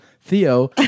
Theo